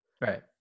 Right